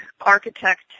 architect